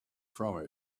from